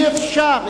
אי-אפשר.